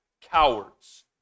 Cowards